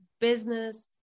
Business